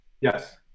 Yes